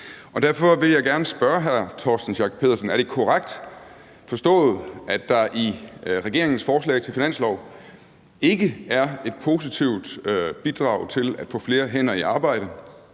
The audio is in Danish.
Schack Pedersen, om det er korrekt forstået, at der i regeringens forslag til finanslov ikke er et positivt bidrag til at få flere hænder i arbejde,